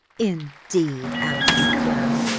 indeed, allison cloud,